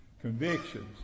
convictions